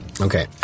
Okay